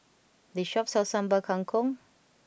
this shop sells Sambal Kangkong